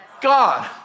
God